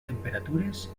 temperatures